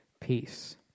peace